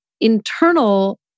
internal